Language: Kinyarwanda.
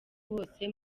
bose